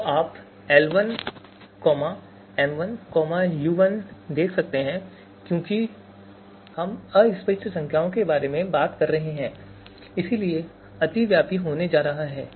तो आप l1 m1 u1 देख सकते हैं और क्योंकि हम अस्पष्ट संख्याओं के बारे में बात कर रहे हैं इसलिए अतिव्यापी होने जा रहा है